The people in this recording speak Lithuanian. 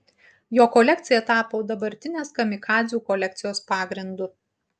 jo kolekcija tapo dabartinės kamikadzių kolekcijos pagrindu